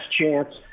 chance